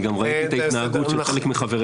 גם ראיתי את ההתנהגות של חלק מחבריך.